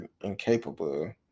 incapable